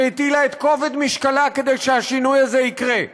שהטילה את כובד משקלה כדי שהשינוי הזה יקרה.